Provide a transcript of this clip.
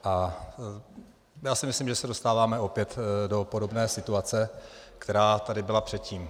A já si myslím, že se dostáváme opět do podobné situace, která tady byla předtím.